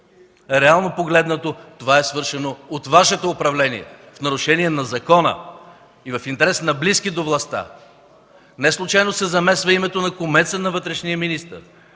Реално погледнато това е свършено от Вашето управление, в нарушение на закона и в интерес на близки до властта. Неслучайно се замесва името на кумеца на вътрешния министър,